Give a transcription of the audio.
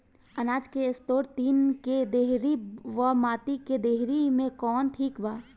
अनाज के store tin के डेहरी व माटी के डेहरी मे कवन ठीक बा?